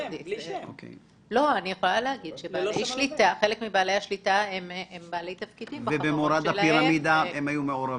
חלק מבעלי השליטה הם בעלי תפקידים בחברות שלהם.